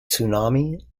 tsunami